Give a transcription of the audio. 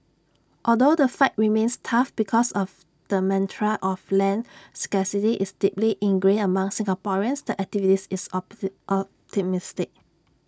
although the fight remains tough because of the mantra of land scarcity is deeply ingrained among Singaporeans the activist is optimistic